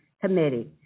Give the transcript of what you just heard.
committee